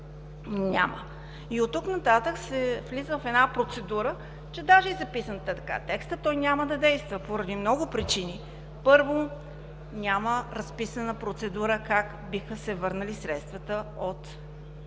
От тук нататък влизам в една процедура, че даже и записан така текстът, той няма да действа поради много причини. Първо, няма разписана процедура как биха се върнали средствата от таксите,